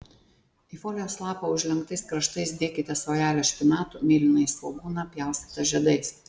į folijos lapą užlenktais kraštais dėkite saujelę špinatų mėlynąjį svogūną pjaustytą žiedais